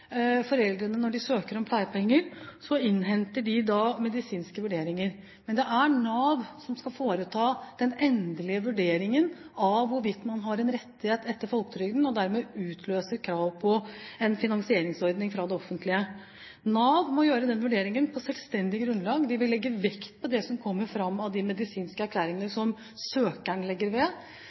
foreldrene, når de søker om pleiepenger, innhenter medisinske vurderinger. Men det er Nav som skal foreta den endelige vurderingen av hvorvidt man har en rettighet etter Folketrygden, og dermed utløser krav på en finansieringsordning fra det offentlige. Nav må gjøre den vurderingen på selvstendig grunnlag. De vil legge vekt på det som kommer fram av de medisinske erklæringene som søkeren legger ved,